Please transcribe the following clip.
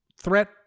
threat